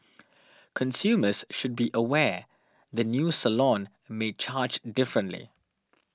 consumers should be aware the new salon may charge differently